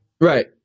Right